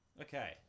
Okay